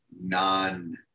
non